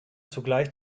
zugleich